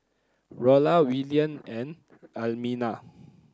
Rolla Willian and Almina